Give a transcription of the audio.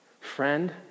Friend